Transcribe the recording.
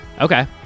Okay